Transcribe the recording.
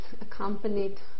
accompanied